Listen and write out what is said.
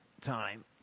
time